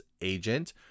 agent